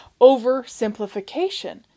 oversimplification